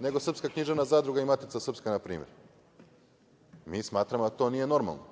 nego Srpska književna zadruga i Matica srpska, na primer. Mi smatramo da to nije normalno